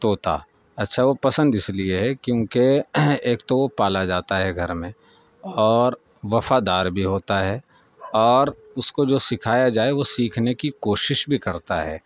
طوطا اچھا وہ پسند اس لیے ہے کیوںکہ ایک تو وہ پالا جاتا ہے گھر میں اور وفادار بھی ہوتا ہے اور اس کو جو سکھایا جائے وہ سیکھنے کی کوشش بھی کرتا ہے